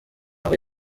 roho